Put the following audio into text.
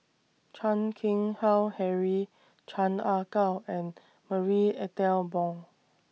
Chan Keng Howe Harry Chan Ah Kow and Marie Ethel Bong